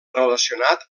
relacionat